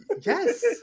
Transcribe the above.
Yes